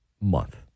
month